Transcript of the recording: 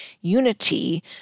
Unity